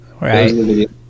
right